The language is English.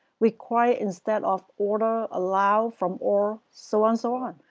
require instead of order, allow, from all, so on so on.